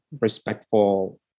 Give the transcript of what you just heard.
respectful